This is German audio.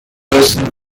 müssen